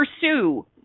pursue